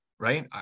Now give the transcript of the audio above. Right